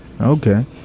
Okay